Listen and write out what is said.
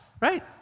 Right